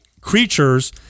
creatures